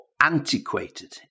antiquated